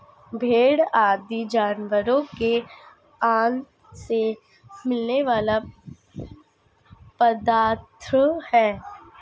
भेंड़ आदि जानवरों के आँत से मिलने वाला पदार्थ है